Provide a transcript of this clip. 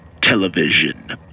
television